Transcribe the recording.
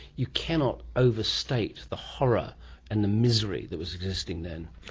you cannot overstate the horror and the misery that was existing then.